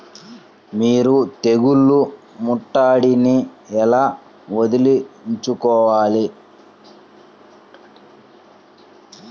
మీరు తెగులు ముట్టడిని ఎలా వదిలించుకోవాలి?